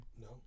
No